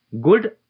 good